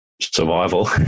survival